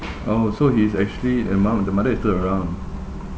oh so he's actually uh mum the mother is still around